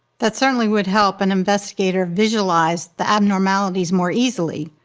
that certainly would help an investigator visualize the abnormalities more easily.